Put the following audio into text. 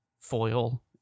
foil